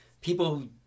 people